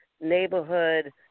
neighborhood